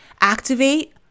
activate